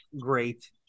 great